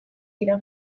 dira